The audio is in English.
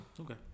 Okay